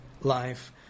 life